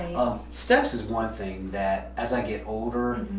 steps is one thing, that as i get older,